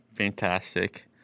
fantastic